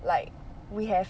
like we have